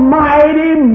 mighty